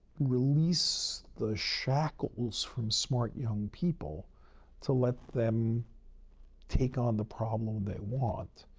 release the shackles from smart, young people to let them take on the problem they want?